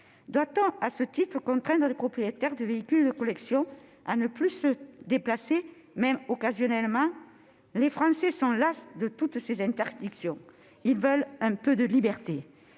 Doit-on contraindre les propriétaires de véhicules de collection à ne plus se déplacer, même occasionnellement ? Les Français sont las de toutes ces interdictions. Ils veulent un peu de liberté